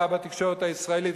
בתקשורת הישראלית,